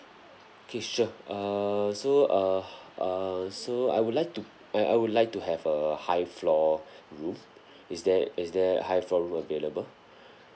okay sure err so uh err so I would like to I I would like to have a high floor room is there is there high floor room available